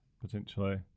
potentially